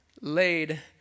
laid